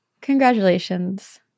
congratulations